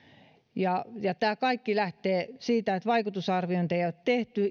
tämä kaikki lähtee siitä että vaikutusarviointeja ei ole tehty